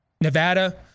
Nevada